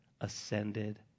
ascended